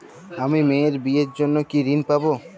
আমি মেয়ের বিয়ের জন্য কি ঋণ পাবো?